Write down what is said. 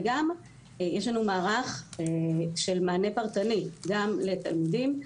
יש לנו מערך של מענה פרטני גם לתלמידים,